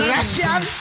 Russian